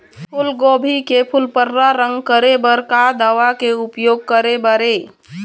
फूलगोभी के फूल पर्रा रंग करे बर का दवा के उपयोग करे बर ये?